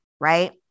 right